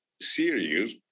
serious